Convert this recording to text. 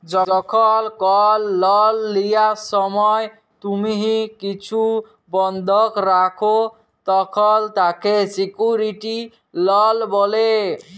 যখল কল লল লিয়ার সময় তুম্হি কিছু বল্ধক রাখ, তখল তাকে সিকিউরড লল ব্যলে